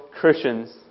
Christians